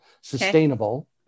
sustainable